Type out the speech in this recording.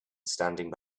standing